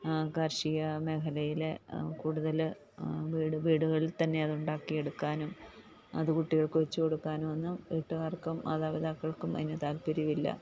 കാർഷിക മേഖലയില് കൂടുതല് വീട് വീടുകളിൽ തന്നെ അത് ഉണ്ടാക്കിയെടുക്കാനും അത് കുട്ടികൾക്ക് വെച്ചുകൊടുക്കാനും ഒന്നും വീട്ടുകാർക്കും മാതാപിതാക്കൾക്കും അതിനു താല്പര്യമില്ല